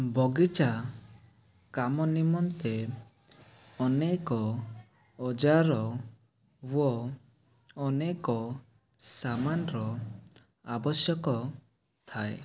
ବଗିଚା କାମ ନିମନ୍ତେ ଅନେକ ଅଜାର ଓ ଅନେକ ସାମାନ ର ଆବଶ୍ୟକ ଥାଏ